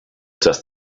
just